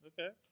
okay